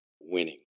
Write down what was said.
winning